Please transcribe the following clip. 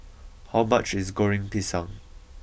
how much is Goreng Pisang